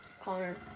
Connor